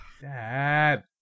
Dad